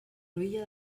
cruïlla